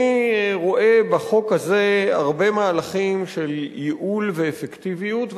אני רואה בחוק הזה הרבה מהלכים של ייעול ואפקטיביות,